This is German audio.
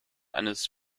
eines